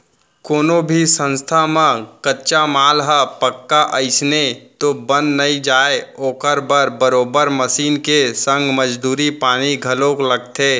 कोनो भी संस्था म कच्चा माल ह पक्का अइसने तो बन नइ जाय ओखर बर बरोबर मसीन के संग मजदूरी पानी घलोक लगथे